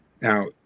Now